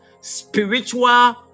spiritual